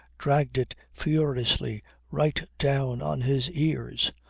dragged it furiously right down on his ears.